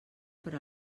per